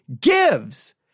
gives